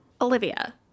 Olivia